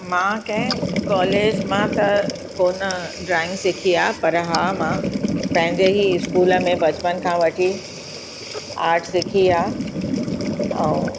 मां कंहिं कॉलेज मां त कोन ड्राइंग सिखी आहे पर हा मां पंहिंजे ई स्कूल में बचपन खां वठी आर्ट सिखी आहे ऐं